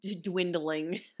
dwindling